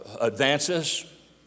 advances